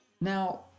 Now